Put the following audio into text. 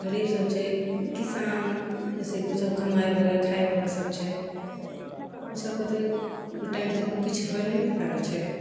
गरीब सब छै किसान जैसेकि ओ सब कमाइवला खाइवला सब छै ओ सबके तऽ ओ टाइम तऽ किछु होइ नहि ने पाबै छै